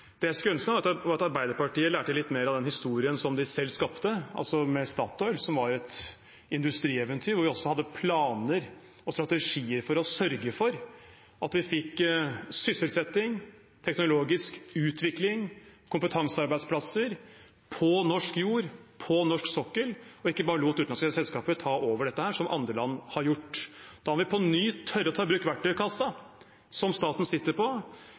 Det jeg skulle ønske, var at Arbeiderpartiet lærte litt mer av den historien som de selv skapte, altså med Statoil, som var et industrieventyr, og hvor vi også hadde planer og strategier for å sørge for at vi fikk sysselsetting, teknologisk utvikling, kompetansearbeidsplasser på norsk jord, på norsk sokkel, og ikke bare lot utenlandske selskaper ta over dette, som andre land har gjort. Da må vi på ny tørre å ta i bruk verktøykassa som staten sitter på,